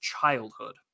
childhood